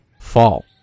Fall